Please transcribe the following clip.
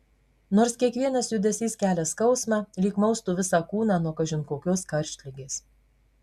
nors kiekvienas judesys kelia skausmą lyg maustų visą kūną nuo kažin kokios karštligės